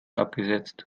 abgesetzt